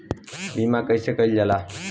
बीमा कइसे कइल जाला?